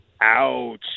Ouch